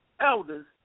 elders